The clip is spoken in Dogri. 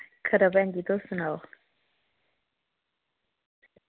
खरा भैन जी तुस सनाओ